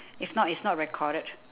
if not it's not recorded